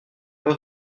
pas